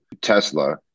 Tesla